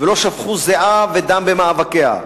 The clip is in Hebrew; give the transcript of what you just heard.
ולא שפכו זיעה ודם במאבקיה.